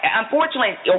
unfortunately